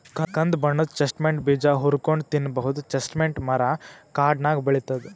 ಕಂದ್ ಬಣ್ಣದ್ ಚೆಸ್ಟ್ನಟ್ ಬೀಜ ಹುರ್ಕೊಂನ್ಡ್ ತಿನ್ನಬಹುದ್ ಚೆಸ್ಟ್ನಟ್ ಮರಾ ಕಾಡ್ನಾಗ್ ಬೆಳಿತದ್